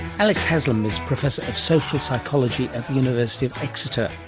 alex haslam is professor of social psychology at the university of exeter,